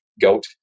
goat